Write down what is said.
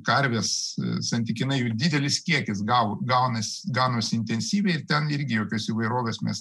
karvės santykinai jų didelis kiekis gaunasi ganosi intensyviai ir ten irgi jokios įvairovės mes